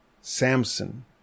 Samson